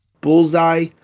Bullseye